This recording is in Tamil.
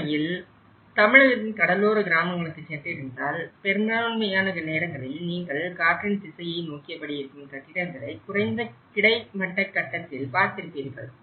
உண்மையில் தமிழகத்தின் கடலோர கிராமங்களுக்குச் சென்றிருந்தால் பெரும்பான்மையான நேரங்களில் நீங்கள் காற்றின் திசையை நோக்கியபடி இருக்கும் கட்டிடங்களை குறைந்த கிடைமட்டகட்டத்தில் பார்த்திருப்பீர்கள்